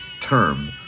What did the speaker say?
term